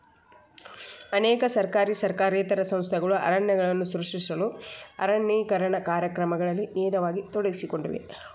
ಅನೇಕ ಸರ್ಕಾರಿ ಸರ್ಕಾರೇತರ ಸಂಸ್ಥೆಗಳು ಅರಣ್ಯಗಳನ್ನು ಸೃಷ್ಟಿಸಲು ಅರಣ್ಯೇಕರಣ ಕಾರ್ಯಕ್ರಮಗಳಲ್ಲಿ ನೇರವಾಗಿ ತೊಡಗಿಸಿಕೊಂಡಿವೆ